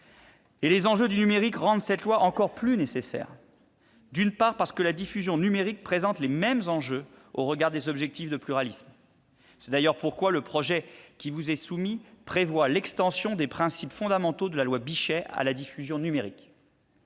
les enjeux du numérique rendent cette loi encore plus nécessaire. D'une part, la diffusion numérique présente les mêmes enjeux au regard des objectifs de pluralisme ; c'est d'ailleurs pourquoi le projet qui vous est soumis prévoit l'extension des principes fondamentaux de la loi Bichet à la diffusion numérique.